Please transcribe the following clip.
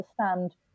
understand